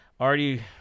Already